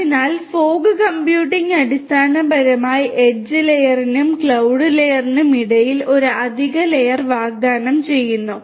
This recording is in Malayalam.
അതിനാൽ ഫോഗ് കമ്പ്യൂട്ടിംഗ് അടിസ്ഥാനപരമായി എഡ്ജ് ലെയറിനും ക്ലൌഡ് ലെയറിനും ഇടയിൽ ഒരു അധിക ലെയർ വാഗ്ദാനം ചെയ്യുന്നു